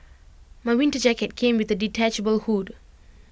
my winter jacket came with A detachable hood